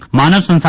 monitor